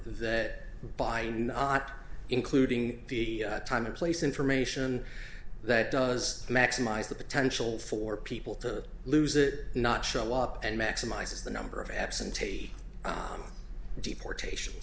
that by not including the time and place information that does maximize the potential for people to lose it not show up and maximizes the number of absentee deportation